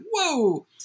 Whoa